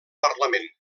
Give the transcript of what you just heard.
parlament